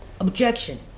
Objection